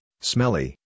smelly